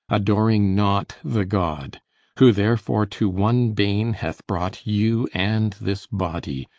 adoring not the god who therefore to one bane hath brought you and this body,